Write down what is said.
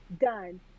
Done